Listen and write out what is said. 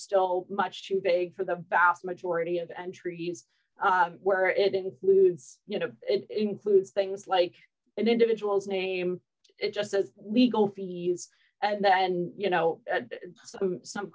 still much too big for the vast majority of entries where it includes you know it includes things like an individual's name it just says legal fees and then you know some